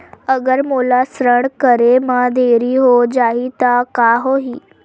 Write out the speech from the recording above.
अगर मोला ऋण करे म देरी हो जाहि त का होही?